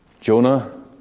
Jonah